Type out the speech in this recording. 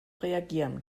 reagieren